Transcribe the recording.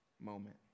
moment